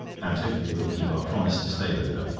and hoping we will keep our promise to stay with her.